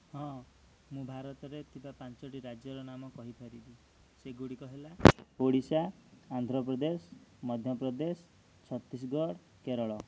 ହଁ ମୁଁ ଭାରତରେ ଥିବା ପାଞ୍ଚୋଟି ରାଜ୍ୟର ନାମ କହିପାରିବି ସେଗୁଡ଼ିକ ହେଲା ଓଡ଼ିଶା ଆନ୍ଧ୍ରପ୍ରଦେଶ ମଧ୍ୟପ୍ରଦେଶ ଛତିଶଗଡ଼ କେରଳ